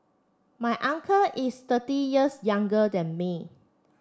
my uncle is thirty years younger than me